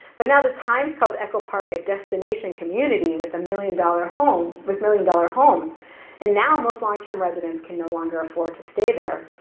but now the times calls echo park a destination community with a million-dollar homes, with million-dollar homes and now most longterm residents can no longer afford to stay there.